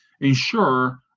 ensure